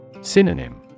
Synonym